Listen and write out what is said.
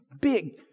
big